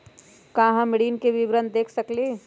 का हम ऋण के विवरण देख सकइले?